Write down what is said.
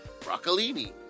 broccolini